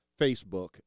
Facebook